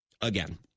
again